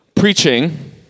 preaching